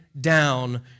down